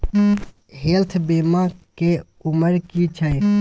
Health बीमा के उमर की छै?